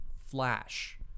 flash